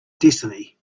destiny